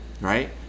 right